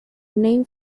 name